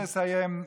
אני רוצה לסיים,